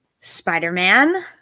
Spider-Man